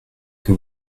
que